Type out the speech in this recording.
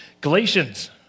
Galatians